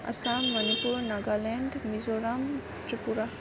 Assam Manipur Nagaland Mizoram Tripura